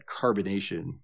carbonation